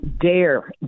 dare